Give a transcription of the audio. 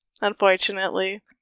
unfortunately